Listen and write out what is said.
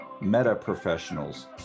meta-professionals